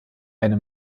eine